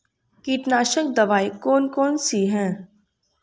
कीटनाशक दवाई कौन कौन सी हैं?